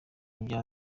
bya